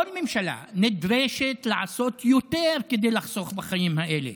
כל ממשלה נדרשת לעשות יותר כדי לחסוך בחיים האלה.